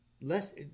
less